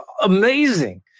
amazing